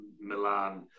Milan